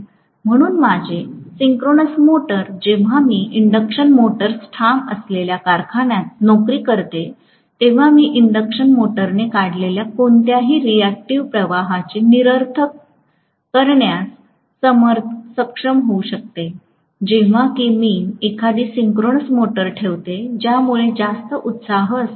म्हणून माझे synchronous motor जेव्हा मी इंडक्शन मोटर्स ठाम असलेल्या कारखान्यात नोकरी करते तेव्हा मी इंडक्शन मोटरने काढलेल्या कोणत्याही रिएक्टिव प्रवाहाचे निरर्थण करण्यास सक्षम होऊ शकते जेव्हा कि मी एखादी सिंक्रोनस मोटर ठेवते ज्यामुळे जास्त उत्साह असतो